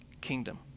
kingdom